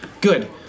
Good